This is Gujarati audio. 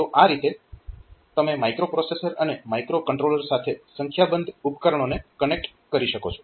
તો આ રીતે તમે માઇક્રોપ્રોસેસર અને માઇક્રોકંટ્રોલર સાથે સંખ્યાબંધ ઉપકરણોને કનેક્ટ કરી શકો છો